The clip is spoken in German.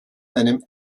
einem